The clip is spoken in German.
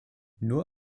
nur